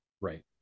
Right